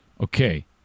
Okay